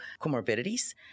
comorbidities